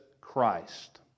Christ